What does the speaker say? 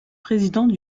présidents